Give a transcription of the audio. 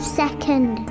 second